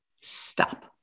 stop